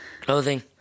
Clothing